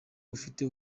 ufite